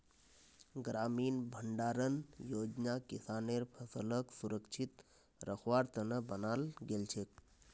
ग्रामीण भंडारण योजना किसानेर फसलक सुरक्षित रखवार त न बनाल गेल छेक